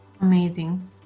Amazing